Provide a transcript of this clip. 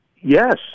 Yes